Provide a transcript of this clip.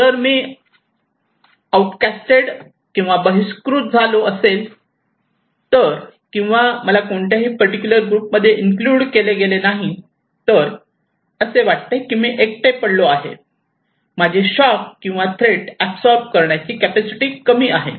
जर मी औटकॅस्टेड बहिष्कृत झालो असेल तर किंवा मला कोणत्याही पर्टिक्युलर ग्रुप मध्ये इंक्लुड केले गेले नाही तर असे वाटते की मी एकटे पडलो आहे माझी शॉक किंवा थ्रेट एप्ससॉरब करण्याची कॅपॅसिटी कमी आहे